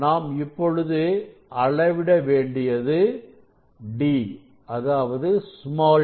நாம் இப்பொழுது அளவிட வேண்டியது d மற்றும் β